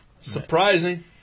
Surprising